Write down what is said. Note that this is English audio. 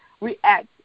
react